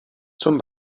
zum